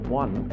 one